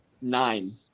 Nine